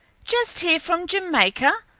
just here from jamaica,